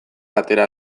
atera